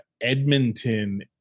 edmonton